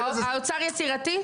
איך אמרתי, האוצר יצירתי?